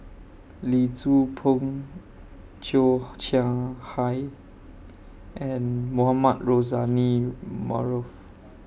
Lee Tzu Pheng Cheo Chai Hiang and Mohamed Rozani Maarof